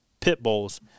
Pitbull's